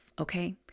okay